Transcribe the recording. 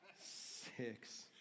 six